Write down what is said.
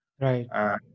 Right